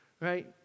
Right